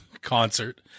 concert